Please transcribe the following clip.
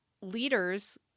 leaders